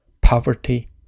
poverty